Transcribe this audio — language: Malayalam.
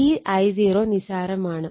ഈ I0 നിസ്സാരമാണ്